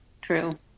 true